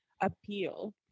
appeal